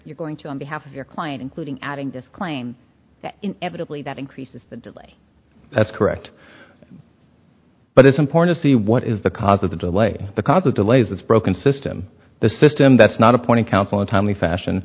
you're going to on behalf of your client including adding this claim that inevitably that increases the delay that's correct but it's important to see what is the cause of the delay because of delays that's broken system the system that's not appointed counsel a timely fashion